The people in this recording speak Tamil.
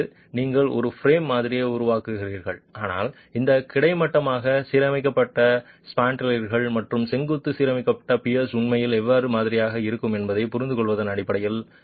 அதாவது நீங்கள் ஒரு பிரேம் மாதிரியை உருவாக்குகிறீர்கள் ஆனால் இந்த கிடைமட்டமாக சீரமைக்கப்பட்ட ஸ்பாண்ட்ரல்கள் மற்றும் செங்குத்தாக சீரமைக்கப்பட்ட பியர்ஸ் உண்மையில் எவ்வாறு மாதிரியாக இருக்கும் என்பதைப் புரிந்துகொள்வதன் அடிப்படையில்